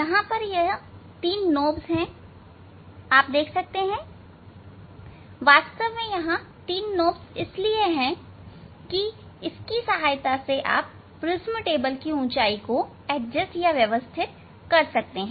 यहां यह 3 नॉब है आप देख सकते हैं वास्तव में यह 3 नॉब हैं क्योंकि इन 3 नॉब से इस प्रिज्म टेबल ऊंचाई को व्यवस्थित कर सकते हैं